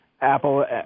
Apple